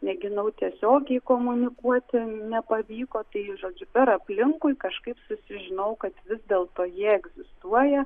mėginau tiesiogiai komunikuoti nepavyko tai žodžiu per aplinkui kažkaip susižinojau kad vis dėlto jie egzistuoja